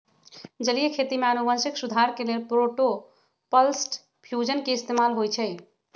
जलीय खेती में अनुवांशिक सुधार के लेल प्रोटॉपलस्ट फ्यूजन के इस्तेमाल होई छई